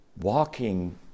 Walking